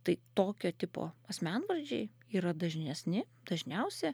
tai tokio tipo asmenvardžiai yra dažnesni dažniausi